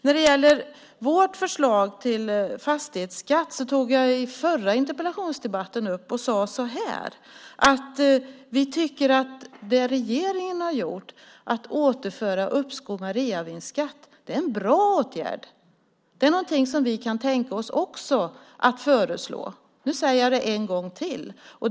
När det gäller vårt förslag till fastighetsskatt tog jag i förra interpellationsdebatten upp att vi tycker att det regeringen har gjort, att återföra uppskov med reavinstskatt, är en bra åtgärd. Det är någonting som vi kan tänka oss att också föreslå. Nu säger jag det en gång till.